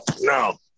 no